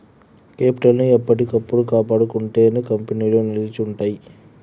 capital ని ఎప్పటికప్పుడు కాపాడుకుంటేనే కంపెనీలు నిలిచి ఉంటయ్యి